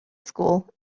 school